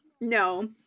no